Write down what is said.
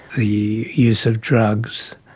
the use of drugs,